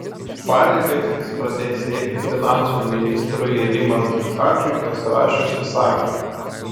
pareigas jis pradės eiti finansų ministrui rimantui šadžiui pasirašius įsakymą